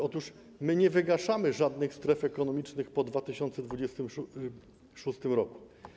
Otóż my nie wygaszamy żadnych stref ekonomicznych po 2026 r.